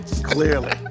Clearly